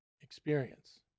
experience